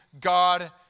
God